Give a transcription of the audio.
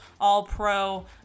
All-Pro